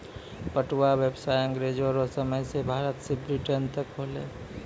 पटुआ व्यसाय अँग्रेजो रो समय से भारत से ब्रिटेन तक होलै